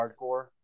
hardcore